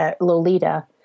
Lolita